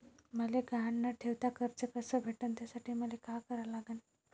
मले गहान न ठेवता कर्ज कस भेटन त्यासाठी मले का करा लागन?